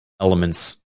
Elements